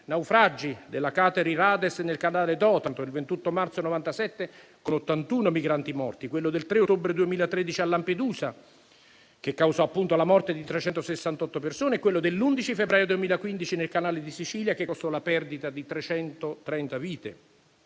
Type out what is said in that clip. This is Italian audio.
naufragi della Katër i Radës, nel canale di Otranto, il 28 marzo 1997, con 81 migranti morti, quello del 3 ottobre 2013 a Lampedusa, che causò la morte di 368 persone, quello dell'11 febbraio 2015, nel Canale di Sicilia, che costò la perdita di 330 vite